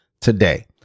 today